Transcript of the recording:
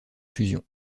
fusion